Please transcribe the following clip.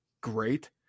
great